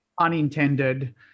unintended